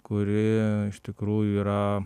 kuri iš tikrųjų yra